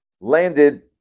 landed